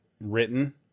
Written